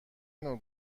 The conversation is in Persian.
نوع